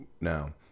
now